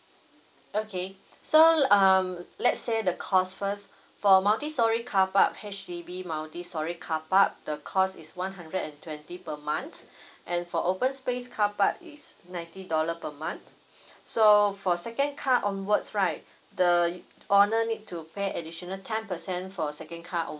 okay so um let's say the cost first for multi storey car park H_D_B multi storey car park the cost is one hundred and twenty per month and for open space car park it's ninety dollar per month so for second car onwards right the owner need to pay additional ten percent for a second car